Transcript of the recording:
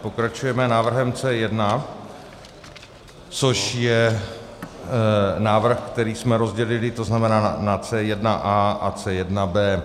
Pokračujeme návrhem C1, což je návrh, který jsme rozdělili, to znamená na C1a a C1b.